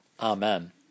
Amen